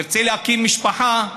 ירצה להקים משפחה,